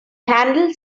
handle